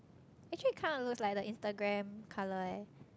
actually kind of looks like the Instagram colour leh